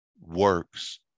works